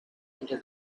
into